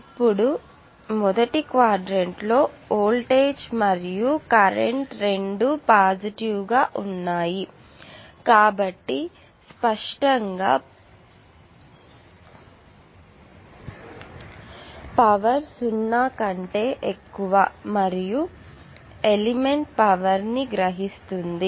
ఇప్పుడు మొదటి క్వాడ్రంట్ లో వోల్టేజ్ మరియు కరెంట్ రెండు పాజిటివ్ గా ఉన్నాయి కాబట్టి స్పష్టంగా పవర్ సున్నా కంటే ఎక్కువ మరియు ఎలిమెంట్ పవర్ ని గ్రహిస్తుంది